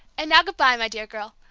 and now good-bye, my dear girl.